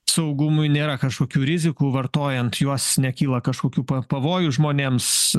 saugumui nėra kažkokių rizikų vartojant juos nekyla kažkokių pa pavojų žmonėms